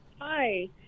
Hi